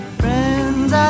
friends